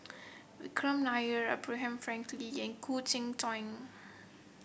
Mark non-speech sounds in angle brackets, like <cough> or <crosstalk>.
Vikram Nair Abraham Frankel <unintelligible> and Khoo Cheng Tiong